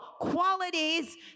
qualities